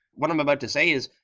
what i'm about to say is,